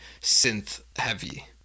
synth-heavy